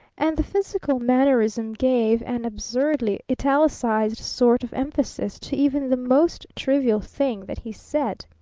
and the physical mannerism gave an absurdly italicized sort of emphasis to even the most trivial thing that he said.